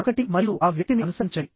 మరొకటి మరియు ఆ వ్యక్తిని అనుసరించండి